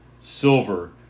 silver